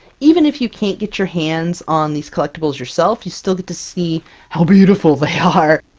even if you can't get your hands on these collectibles yourself, you still get to see how beautiful they are!